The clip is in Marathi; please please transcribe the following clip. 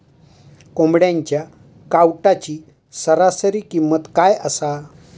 कोंबड्यांच्या कावटाची सरासरी किंमत काय असा?